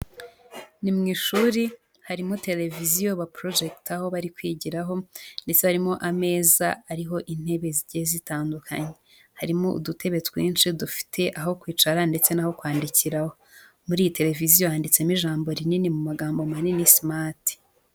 Ni mu ishuri harimo tereviziyo baporojekitaho bari kwigiraho, ndetse harimo ameza ariho intebe zigiye zitandukanye. Harimo udutebe twinshi dufite aho kwicara ndetse n'aho kwandikiraho. Muri iyi tereviziyo yanditsemo ijambo rinini mu magambo manini simati.